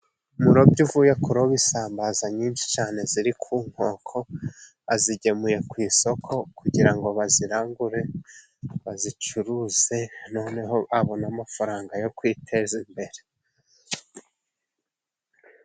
Umurobyi uvuye kuroba isambaza nyinshi cyane ziri ku nkoko, azigemuye ku isoko kugira ngo bazirangure, bazicuruze noneho abone amafaranga yo kwiteza imbere.